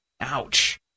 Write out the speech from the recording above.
Ouch